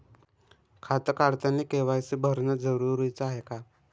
खातं काढतानी के.वाय.सी भरनं जरुरीच हाय का?